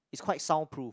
is quite soundproof